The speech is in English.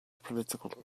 political